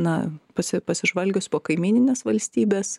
na pasi pasižvalgius po kaimynines valstybes